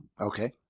Okay